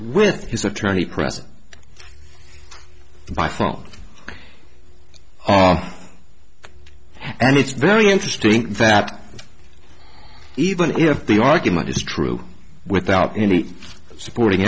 his attorney present by phone and it's very interesting that even if the argument is true without any supporting